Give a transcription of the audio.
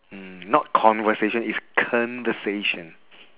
mm not conversation is conversation